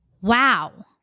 wow